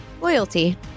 loyalty